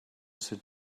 sit